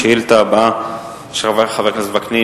השאילתא הבאה היא של חבר הכנסת וקנין,